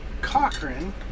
Cochran